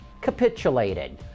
capitulated